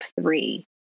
three